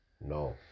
no